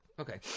Okay